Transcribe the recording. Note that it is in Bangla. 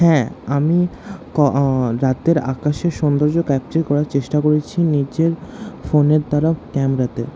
হ্যাঁ আমি রাতের আকাশের সৌন্দর্য ক্যাপচার করার চেষ্টা করেছি নিজের ফোনের দ্বারা ক্যামেরাতে